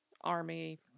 Army